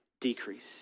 decrease